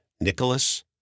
Nicholas